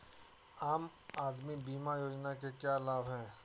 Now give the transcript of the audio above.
आम आदमी बीमा योजना के क्या लाभ हैं?